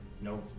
No